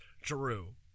Drew